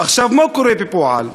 עכשיו, מה קורה בפועל?